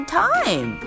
time